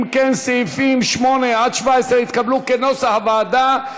אם כן, סעיפים 8 17 התקבלו כנוסח הוועדה.